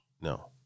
no